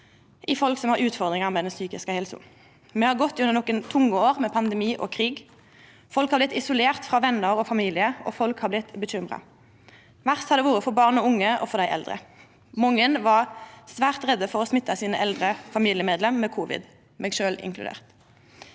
på folk som har utfordringar med den psykisk helsa. Me har gått gjennom nokre tunge år med pandemi og krig. Folk har blitt isolerte frå vener og familie, og folk har blitt bekymra. Verst har det vore for barn og unge og for dei eldre. Mange var svært redde for å smitta sine eldre familiemedlemer med covid, eg sjølv inkludert.